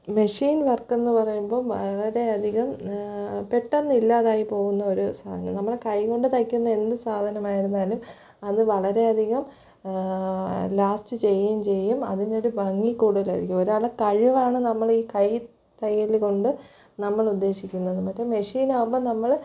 machine work എന്ന് പറയുമ്പം വളരെ അധികം പെട്ടെന്നില്ലാതായി പോകുന്ന ഒരു സാധനമാണ് നമ്മളെ കൈകൊണ്ട് തയ്ക്കുന്ന എന്ത് സാധനമായിരുന്നാലും അത് വളരെ അധികം ലാസ്റ്റ് ചെയ്യുകയും ചെയ്യും അതിനൊരു ഭംഗിക്കൂടുതലായിരിക്കും ഒരാളുടെ കഴിവാണ് നമ്മൾ ഈ കൈ തയ്യൽ കൊണ്ട് നമ്മളുദ്ദേശിക്കുന്നത് മറ്റേ മെഷീൻ ആവുമ്പം നമ്മൾ